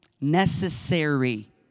necessary